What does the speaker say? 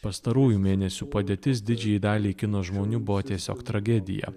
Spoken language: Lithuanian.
pastarųjų mėnesių padėtis didžiajai daliai kino žmonių buvo tiesiog tragedija